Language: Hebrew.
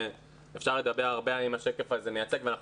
אפשר לדבר הרבה אם השקף הזה מייצג ואנחנו